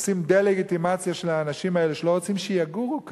ועושים דה-לגיטימציה של האנשים האלה שלא רוצים שיגורו כאן.